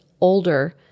older